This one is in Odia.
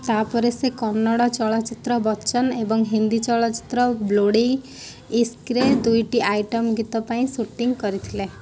ତାପରେ ସେ କନ୍ନଡ଼ ଚଳଚ୍ଚିତ୍ର ବଚ୍ଚନ ଏବଂ ହିନ୍ଦୀ ଚଳଚ୍ଚିତ୍ର ବ୍ଲଡ଼ି ଇସ୍କରେ ଦୁଇଟି ଆଇଟମ୍ ଗୀତ ପାଇଁ ସୁଟିଂ କରିଥିଲେ